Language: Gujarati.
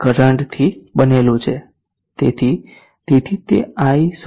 તેથી તેથી તે i0 iC